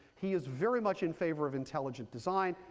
he is very much in favor of intelligent design.